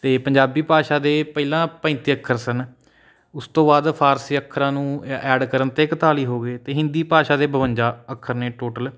ਅਤੇ ਪੰਜਾਬੀ ਭਾਸ਼ਾ ਦੇ ਪਹਿਲਾਂ ਪੈਂਤੀ ਅੱਖਰ ਸਨ ਉਸ ਤੋਂ ਬਾਅਦ ਫਾਰਸੀ ਅੱਖਰਾਂ ਨੂੰ ਐਡ ਕਰਨ 'ਤੇ ਇੱਕਤਾਲੀ ਹੋ ਗਏ ਅਤੇ ਹਿੰਦੀ ਭਾਸ਼ਾ ਦੇ ਬਵੰਜਾ ਅੱਖਰ ਨੇ ਟੋਟਲ